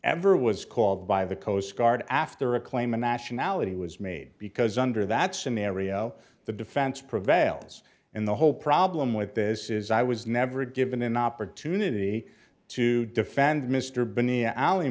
ever was called by the coast guard after a claim of nationality was made because under that scenario the defense prevails in the whole problem with this is i was never given an opportunity to defend mr binney alley